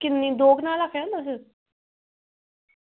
किन्नी दो कनाल आक्खै दे ना तुस